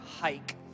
hike